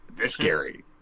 scary